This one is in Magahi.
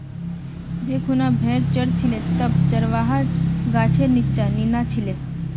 जै खूना भेड़ च र छिले तब चरवाहा गाछेर नीच्चा नीना छिले